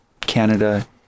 Canada